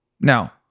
Now